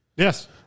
Yes